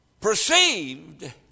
perceived